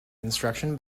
instruction